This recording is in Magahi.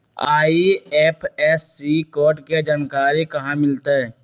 आई.एफ.एस.सी कोड के जानकारी कहा मिलतई